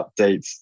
updates